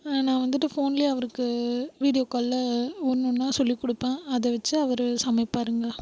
நான் வந்துட்டு ஃபோனிலே அவருக்கு வீடியோ காலில் ஒன்று ஒன்றா சொல்லி கொடுப்பேன் அதை வெச்சு அவரு சமைப்பாருங்க